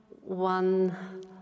one